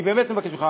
אני באמת מבקש ממך.